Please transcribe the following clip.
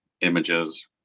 images